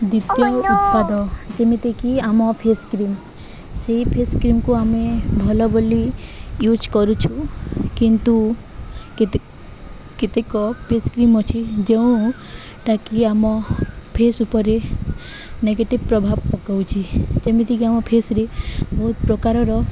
ଦ୍ୱିତୀୟ ଉତ୍ପାଦ ଯେମିତିକି ଆମ ଫେସ କ୍ରିମ୍ ସେଇ ଫେସ୍ କ୍ରିମ୍କୁ ଆମେ ଭଲ ବୋଲି ୟୁଜ୍ କରୁଛୁ କିନ୍ତୁ କେ କେତେକ ଫେସ କ୍ରିମ୍ ଅଛି ଯେଉଁ ଟାକି ଆମ ଫେସ ଉପରେ ନେଗେଟିଭ୍ ପ୍ରଭାବ ପକାଉଛି ଯେମିତିକି ଆମ ଫେସରେ ବହୁତ ପ୍ରକାରର